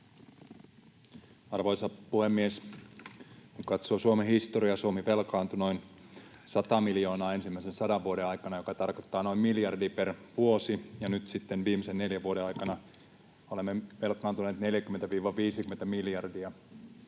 Arvoisa puhemies! Kun katsoo Suomen historiaa, Suomi velkaantui noin sata miljardia ensimmäisten sadan vuoden aikana, joka tarkoittaa noin miljardi per vuosi, ja nyt sitten viimeisten neljän vuoden aikana olemme velkaantuneet 40—50 miljardia.